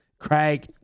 Craig